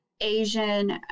Asian